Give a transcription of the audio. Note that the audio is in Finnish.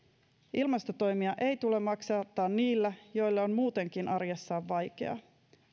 ilmastotoimia ei tule maksattaa niillä joilla on muutenkin arjessaan vaikeaa